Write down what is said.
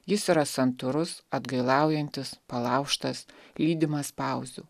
jis yra santūrus atgailaujantis palaužtas lydimas pauzių